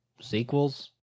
sequels